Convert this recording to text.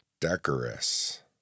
Decorous